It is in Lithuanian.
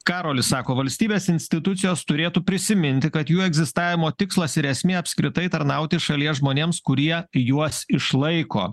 karolis sako valstybės institucijos turėtų prisiminti kad jų egzistavimo tikslas ir esmė apskritai tarnauti šalies žmonėms kurie juos išlaiko